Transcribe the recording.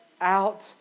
out